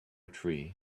tree